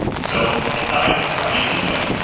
so i thought i would try a new way,